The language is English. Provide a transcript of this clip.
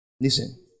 listen